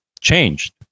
changed